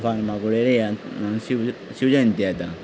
फर्मागुडयेर शीव जयंती जाता